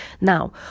Now